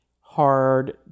hard